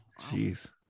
Jeez